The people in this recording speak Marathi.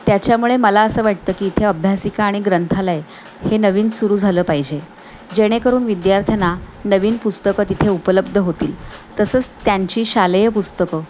त्याच्यामुळे मला असं वाटतं की इथे अभ्यासिका आणि ग्रंथालय हे नवीन सुरू झालं पाहिजे जेणेकरून विद्यार्थ्यांना नवीन पुस्तकं तिथे उपलब्ध होतील तसंच त्यांची शालेय पुस्तकं